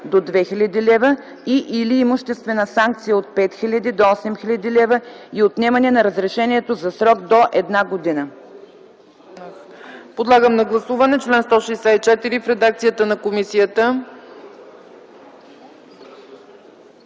до 2000 лв. и/или имуществена санкция от 5000 до 8000 лв. и отнемане на разрешението за срок до една година.”